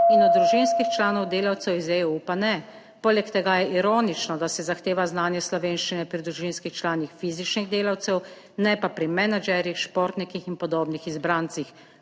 in od družinskih članov delavcev iz EU pa ne. Poleg tega je ironično, da se zahteva znanje slovenščine pri družinskih članih fizičnih delavcev, ne pa pri menedžerjih, športnikih in podobnih izbrancih.